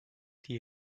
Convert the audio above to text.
die